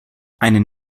einen